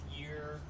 year